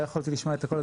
לא יכולתי לשמוע את הכל,